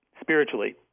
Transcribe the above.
spiritually